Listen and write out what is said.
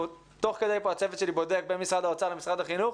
תוך כדי הישיבה הצוות שלי בודק בין משרד האוצר למשרד החינוך.